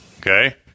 Okay